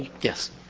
Yes